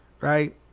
right